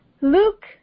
Luke